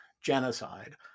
genocide